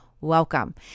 Welcome